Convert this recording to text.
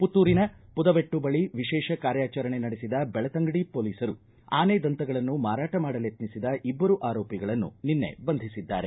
ಪುತ್ತೂರಿನ ಪುದುವೆಟ್ಟು ಬಳಿ ವಿಶೇಷ ಕಾರ್ಯಾಚರಣೆ ನಡೆಸಿದ ಬೆಳ್ತಂಗಡಿ ಪೊಲೀಸರು ಆನೆ ದಂತಗಳನ್ನು ಮಾರಾಟ ಮಾಡಲೆತ್ನಿಸಿದ ಇಬ್ಬರು ಆರೋಪಿಗಳನ್ನು ನಿನ್ನೆ ಬಂಧಿಸಿದ್ದಾರೆ